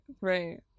right